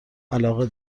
علاقه